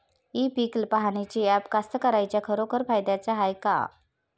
इ पीक पहानीचं ॲप कास्तकाराइच्या खरोखर फायद्याचं हाये का?